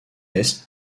est